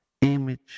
image